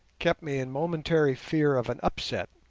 kept me in momentary fear of an upset.